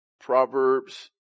Proverbs